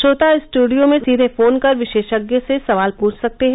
श्रोता स्ट्डियो में सीधे फोन कर विशेषज्ञ से सवाल पृछ सकते हैं